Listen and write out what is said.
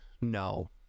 No